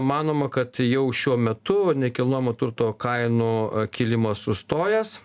manoma kad jau šiuo metu nekilnojamo turto kainų kilimas sustojęs